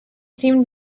seemed